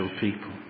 people